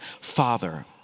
Father